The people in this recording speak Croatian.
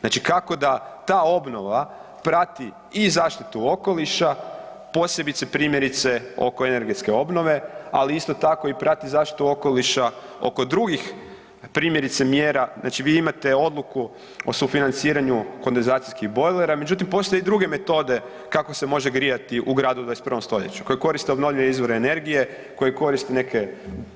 Znači kako da ta obnova prati i zaštitu okoliša, posebice, primjerice, oko energetske obnove, ali isto tako, prati zaštitu okoliša oko drugih primjerice, mjera, znači vi imate odluku o sufinanciranju kondenzacijskih bojlera, međutim, postoje i druge metode kako se može grijati u gradu u 21. st., koje koriste obnovljive izvore energije, koje koriste neke